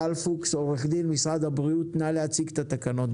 טל פוקס, עו"ד, משרד הבריאות, נא להציג את התקנות.